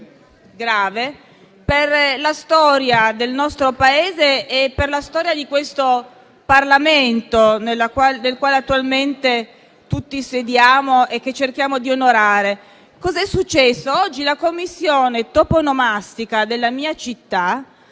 grave per la storia del nostro Paese e di questo Parlamento, nel quale attualmente tutti sediamo e che cerchiamo di onorare. Cosa è successo? Oggi la Commissione toponomastica della mia città